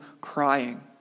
crying